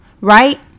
right